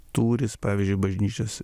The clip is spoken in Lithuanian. tūris pavyzdžiui bažnyčios